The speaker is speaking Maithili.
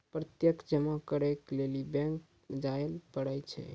प्रत्यक्ष जमा करै लेली बैंक जायल पड़ै छै